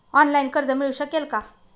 Online कर्ज मिळू शकेल का?